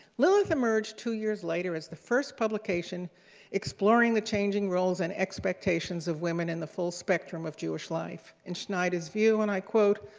lilith emerged two years later as the first publication exploring the changing roles and expectations of women in the full spectrum of jewish life. in schneider's view, and i quote,